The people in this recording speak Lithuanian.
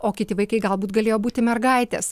o kiti vaikai galbūt galėjo būti mergaitės